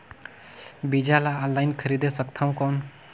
बीजा ला ऑनलाइन खरीदे सकथव कौन?